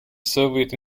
soviet